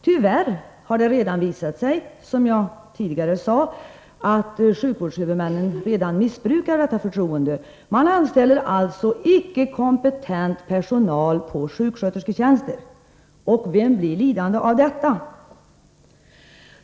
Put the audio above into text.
Tyvärr har det redan visat sig, som jag tidigare anförde, att sjukvårdshuvudmännen missbrukar detta förtroende. Man anställer på sjukskötersketjänster folk som inte har erforderlig kompetens. Vem är det som blir lidande på detta?